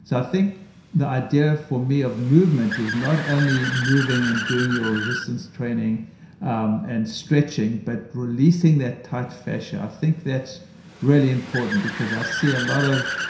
so i think the idea for me of movement is not only moving and doing your resistance training um and stretching but releasing that tight fascia i think that's really important, because i see a lot of.